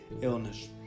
illness